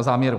záměru.